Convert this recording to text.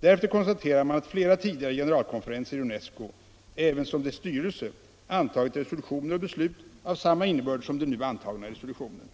Därefter konstaterar man att flera tidigare generalkonferenser i UNESCO ävensom dess styrelse, antagit resolutioner och beslut av samma innebörd som den nu antagna resolutionen.